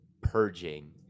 purging